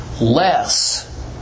less